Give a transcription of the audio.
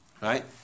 Right